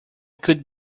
could